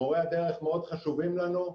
מורי הדרך מאוד חשובים לנו.